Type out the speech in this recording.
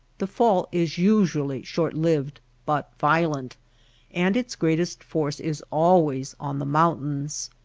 the fall is usually short-lived but violent and its greatest force is always on the mountains.